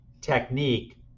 technique